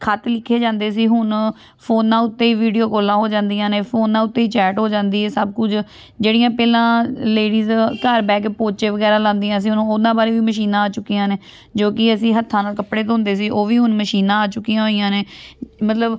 ਖਤ ਲਿਖੇ ਜਾਂਦੇ ਸੀ ਹੁਣ ਫੋਨਾਂ ਉੱਤੇ ਹੀ ਵੀਡੀਓ ਕੋਲਾਂ ਹੋ ਜਾਂਦੀਆਂ ਨੇ ਫੋਨ ਉੱਤੇ ਹੀ ਚੈਟ ਹੋ ਜਾਂਦੀ ਹੈ ਸਭ ਕੁਝ ਜਿਹੜੀਆਂ ਪਹਿਲਾਂ ਲੇਡੀਜ ਘਰ ਬਹਿ ਕੇ ਪੋਚੇ ਵਗੈਰਾ ਲਾਉਂਦੀਆਂ ਸੀ ਹੁਣ ਉਹਨਾਂ ਬਾਰੇ ਵੀ ਮਸ਼ੀਨਾਂ ਆ ਚੁੱਕੀਆਂ ਨੇ ਜੋ ਕਿ ਅਸੀਂ ਹੱਥਾਂ ਨਾਲ ਕੱਪੜੇ ਧੋਂਦੇ ਸੀ ਉਹ ਵੀ ਹੁਣ ਮਸ਼ੀਨਾਂ ਆ ਚੁੱਕੀਆਂ ਹੋਈਆਂ ਨੇ ਮਤਲਬ